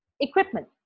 equipment